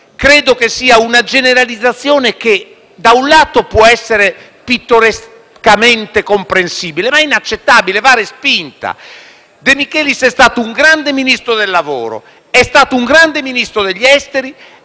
tratti di una generalizzazione, che da un lato può essere pittorescamente comprensibile, ma che è inaccettabile e va respinta. De Michelis è stato un grande Ministro del lavoro, è stato un grande Ministro degli esteri,